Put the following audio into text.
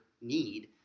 need